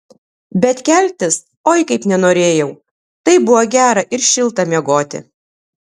bet keltis oi kaip nenorėjau taip buvo gera ir šilta miegoti